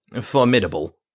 formidable